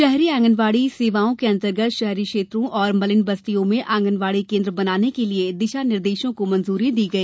शहरी आंगनबाड़ी सेवाओं के अंतर्गत शहरी क्षेत्रों और मलिन बस्तियों में आंगनबाड़ी केन्द्र बनाने के लिए दिशा निर्देशों को मंजूरी दी गई